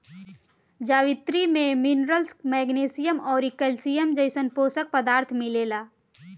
जावित्री में minerals, magnesium अउरी कैल्शियम जइसन पोषक पदार्थ मिलेला